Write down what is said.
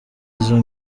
izo